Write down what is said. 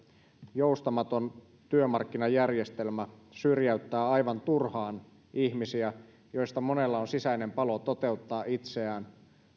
joustamaton työmarkkinajärjestelmä syrjäyttävät aivan turhaan ihmisiä joista monella on sisäinen palo toteuttaa itseään